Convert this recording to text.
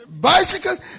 bicycles